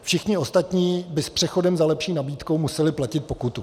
Všichni ostatní by s přechodem za lepší nabídkou museli platit pokutu.